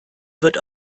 wird